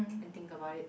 I think about it